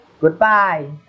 Goodbye